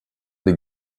they